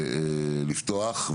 לפתוח.